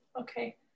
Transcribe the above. Okay